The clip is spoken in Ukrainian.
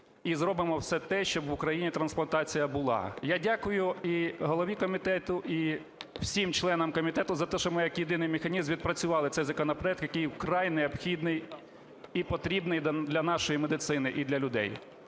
і зробимо все те, щоб в Україні трансплантація була. Я дякую і голові комітету, і всім членам комітету за те, що ми як єдиний механізм відпрацювали цей законопроект, який вкрай необхідний і потрібний для нашої медицини і для людей.